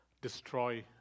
destroy